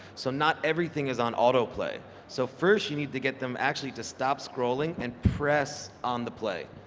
so not everything is on autoplay. so first you need to get them actually to stop scrolling and press on the play,